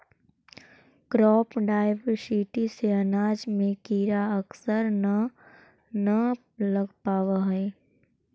crop diversity से अनाज में कीड़ा अक्सर न न लग पावऽ हइ